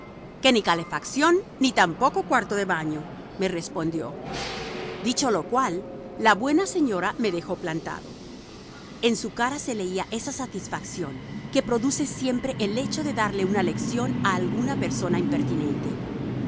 que ni calefación ni tampoco cuarto de baño me respondió dicho lo cual la buena señora me dejó plantado en su cara se leía esa satisfacción que produce siempre el hecho de darle una lección a alguna persona impertinente